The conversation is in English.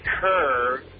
curve